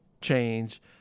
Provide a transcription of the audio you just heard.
change